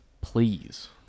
Please